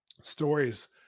stories